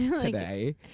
today